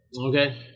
Okay